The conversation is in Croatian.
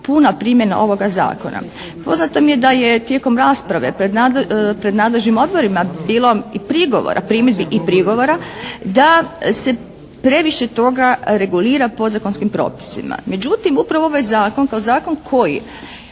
puna primjena ovoga Zakona. Poznato mi je da je tijekom rasprave pred nadležnim odborima bilo i prigovora, primjedbi i prigovora da se previše toga regulira podzakonskim propisima. Međutim, upravo ovaj Zakon kao zakon koji